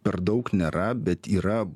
per daug nėra bet yra